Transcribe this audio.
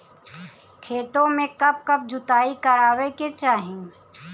खेतो में कब कब जुताई करावे के चाहि?